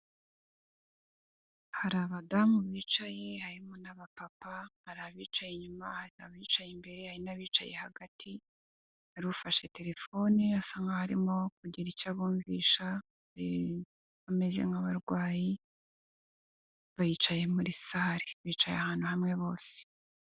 Hari abadamu bicaye harimo n'aba papa hari abicaye inyuma hari n'abicaye imbere hari n'abicaye hagati, hari ufashe telefone asa nkaho arimo kugira icyo abumvisha, umeze nk'abarwayi bicaye muri sale bicaye ahantu hamwe bose.